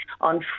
on